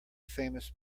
famous